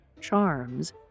charms